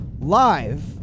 live